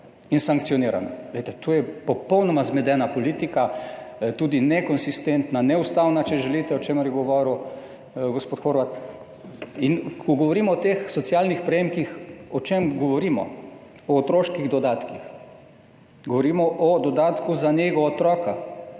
in sankcionirana. To je popolnoma zmedena politika, tudi nekonsistentna, neustavna, če želite, o čemer je govoril gospod Horvat. Ko govorimo o teh socialnih prejemkih, o čem govorimo? O otroških dodatkih, govorimo o dodatku za nego otroka,